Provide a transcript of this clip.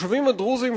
התושבים הדרוזים,